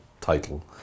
title